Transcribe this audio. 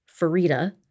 Farida